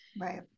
Right